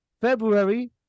February